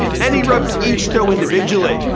and he rubs each toe individually,